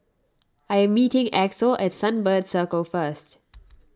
I am meeting Axel at Sunbird Circle first